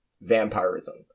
vampirism